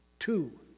Two